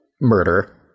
murder